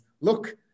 look